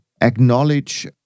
acknowledge